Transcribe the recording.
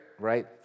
right